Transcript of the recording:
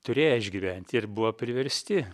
turėje išgyvent ir buvo priversti